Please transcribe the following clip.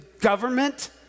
Government